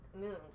moons